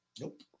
Nope